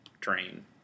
train